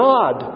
God